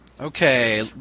Okay